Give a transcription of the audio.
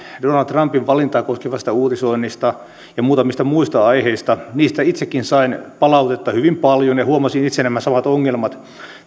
donald trumpin valintaa koskevasta uutisoinnista ja muutamista muista aiheista niistä itsekin sain palautetta hyvin paljon ja huomasin itse nämä samat ongelmat